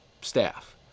staff